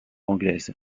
anglaise